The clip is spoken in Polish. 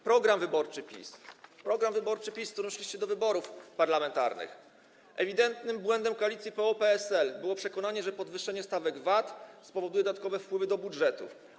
Program wyborczy PiS, program wyborczy PiS, z którym szliście do wyborów parlamentarnych: ewidentnym błędem koalicji PO-PSL było przekonanie, że podwyższenie stawek VAT spowoduje dodatkowe wpływy do budżetu.